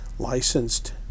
Licensed